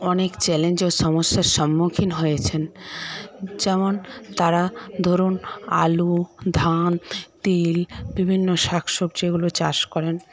অনেক চ্যালেঞ্জ ও সমস্যার সম্মুখীন হয়েছেন যেমন তারা ধরুন আলু ধান তিল বিভিন্ন শাক সবজি এগুলো চাষ করেন